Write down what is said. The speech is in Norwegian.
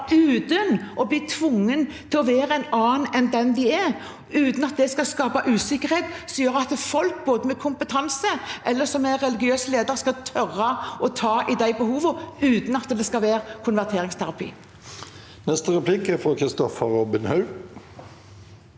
uten å bli tvunget til å være en annen enn den de er, og uten at det skal skape usikkerhet – at folk som har kompetanse eller er religiøse ledere, skal tørre å ta i de behovene, uten at det skal være konverteringsterapi. Kristoffer Robin Haug